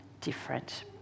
different